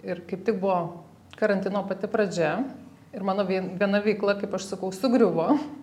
ir kaip tik buvo karantino pati pradžia ir mano vie viena veikla kaip aš sakau sugriuvo